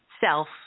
self